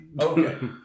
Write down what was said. Okay